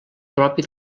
propi